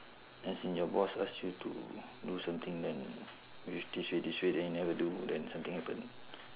as in your boss ask you to do something then with this way this way then you never do then something happen